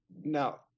Now